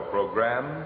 Program